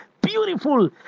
beautiful